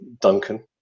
Duncan